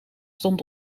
stond